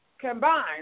combined